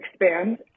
expand